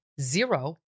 zero